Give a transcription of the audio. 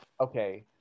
Okay